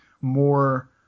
more